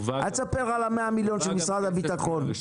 אל תספר על ה-100 מיליון של משרד הביטחון.